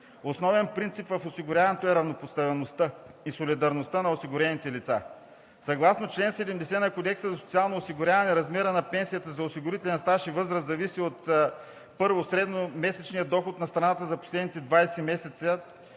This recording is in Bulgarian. Основен принцип в осигуряването е равнопоставеността и солидарността на осигурените лица. Съгласно чл. 70 на Кодекса за социално осигуряване размерът на пенсията за осигурителен стаж и възраст зависи, първо, от средномесечния доход на страната за последните 20 месеца